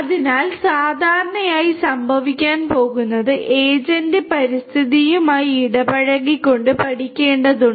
അതിനാൽ സാധാരണയായി സംഭവിക്കാൻ പോകുന്നത് ഏജന്റ് പരിസ്ഥിതിയുമായി ഇടപഴകിക്കൊണ്ട് പഠിക്കേണ്ടതുണ്ട്